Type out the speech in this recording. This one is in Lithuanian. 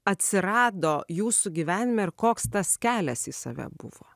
atsirado jūsų gyvenime ir koks tas kelias į save buvo